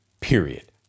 period